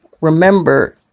remember